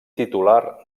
titular